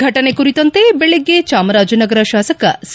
ಫಟನೆ ಕುರಿತಂತೆ ಬೆಳಿಗ್ಗೆ ಚಾಮರಾಜನಗರ ಶಾಸಕ ಸಿ